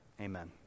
Amen